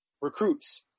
recruits